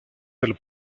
del